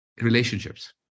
Relationships